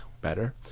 better